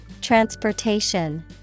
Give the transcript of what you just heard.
Transportation